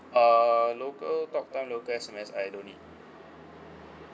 err local talktime local S_M_S I don't need